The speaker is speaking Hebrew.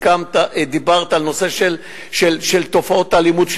דיברת על תופעות האלימות,